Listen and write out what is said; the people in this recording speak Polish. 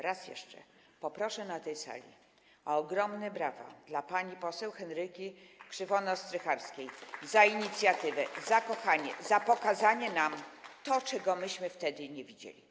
Raz jeszcze poproszę na tej sali o ogromne brawa dla pani poseł Henryki Krzywonos-Strycharskiej za inicjatywę, za kochanie, za pokazanie nam tego, czego myśmy wtedy nie widzieli.